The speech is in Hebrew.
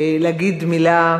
להגיד מילה,